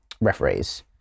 referees